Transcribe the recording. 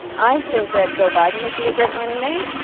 i think that joe biden would be a great running mate.